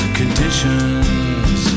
conditions